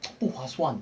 不划算